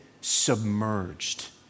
submerged